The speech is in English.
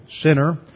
sinner